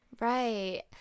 Right